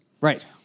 Right